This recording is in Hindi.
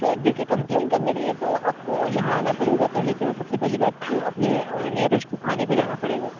तो देखिए कम्प्लेन करने लिए तो आपको यहाँ आना पड़ेगा पहले तो सबसे पहली बात तो आपने नियरेस्ट थाने पर जाना पड़ेगा